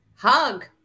Hug